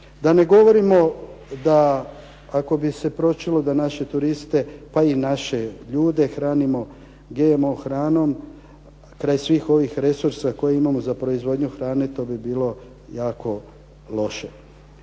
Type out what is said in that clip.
Da ne govorimo da ako bi se pročulo da naše turiste pa i naše ljude hranimo GMO hranom kraj svih ovih resursa koje imamo za proizvodnju hrane to bi bilo jako loše.